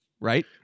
right